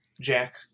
Jack